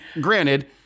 granted